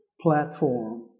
platform